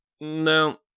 no